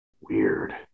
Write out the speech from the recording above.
Weird